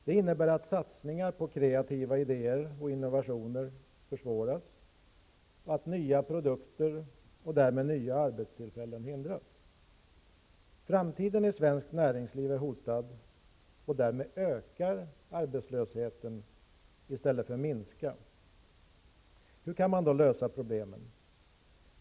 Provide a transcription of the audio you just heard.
Det innebär att satsningar på kreativa idéer och innovationer försvåras och att nya produkter och därmed nya arbetstillfällen hindras. Framtiden i svenskt näringsliv är hotad, och därmed ökar arbetslösheten i stället för att minska. Hur kan man då lösa problemen?